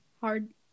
hard